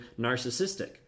narcissistic